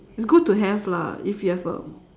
it's good to have lah if you have a